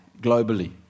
globally